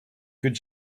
good